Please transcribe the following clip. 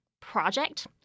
project